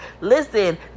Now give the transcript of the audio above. Listen